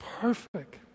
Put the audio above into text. perfect